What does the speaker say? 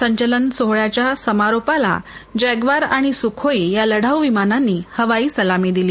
संचलन समारोपाच्या समारभाला जग्वार आणि सुखोई या लढाऊ विमानांनी हवाई सलामी दिली